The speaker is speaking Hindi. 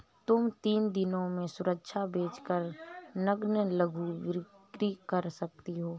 तुम तीन दिनों में सुरक्षा बेच कर नग्न लघु बिक्री कर सकती हो